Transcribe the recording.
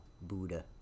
buddha